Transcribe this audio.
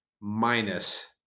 Minus